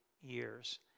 years